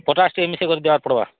ପଚାଶ ମିଶିକରି ଦେବାକେ ପଡ଼ବା